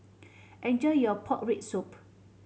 enjoy your pork rib soup